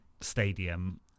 stadium